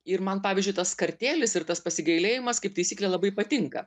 ir man pavyzdžiui tas kartėlis ir tas pasigailėjimas kaip taisyklė labai patinka